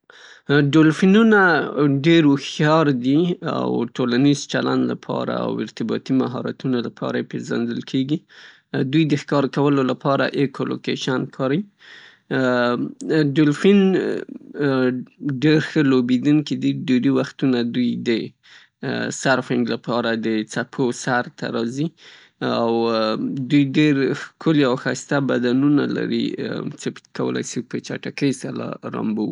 ډولفینونه ډیر هوښیار دي او ټولنیز چلند له پاره او ارتباطي مهارتونو له پاره یې پیزندل کیږي. دوی د ښکار له پاره ایکو لوکیشن کاریی. ډولفین ډیر ښه لوبیدونکي دي، ډیری وختونه دوی د سرفنګ له پاره د څپو سر ته راځي او دوی ډیر ښکلي او ښایسته بدنونه لري چې په کولی شي په چټکۍ سره لامبو وکي.